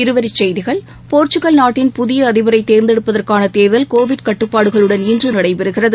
இருவரிச்செய்திகள் போர்ச்சுக்கல் நாட்டின் புதிய அதிபரை தேர்ந்தெடுப்பதற்கான தேர்தல் கோவிட் கட்டுப்பாடுகளுடன் இன்று நடைபெறுகிறது